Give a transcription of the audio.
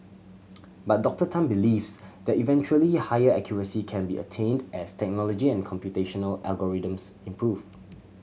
but Doctor Tan believes that eventually higher accuracy can be attained as technology and computational algorithms improve